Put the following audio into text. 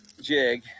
jig